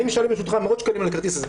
אני משלם, ברשותך, מאוד שקלים על הכרטיס הזה.